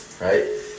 right